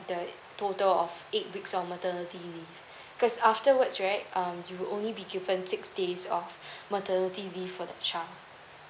the total of eight weeks of maternity leave cause afterwards right um you'll only be given six days of maternity leave for that child